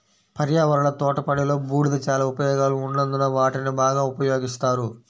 పర్యావరణ తోటపనిలో, బూడిద చాలా ఉపయోగాలు ఉన్నందున వాటిని బాగా ఉపయోగిస్తారు